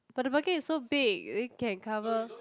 but the bucket is so big it can cover